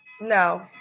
no